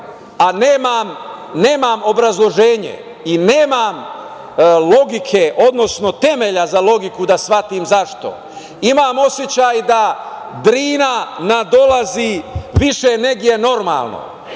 a nemam obrazloženje i nemam logike, odnosno temelja za logiku da shvatim zašto. Imam osećaj da Drina nadolazi više nego je normalno,